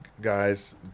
guys